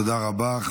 תודה רבה.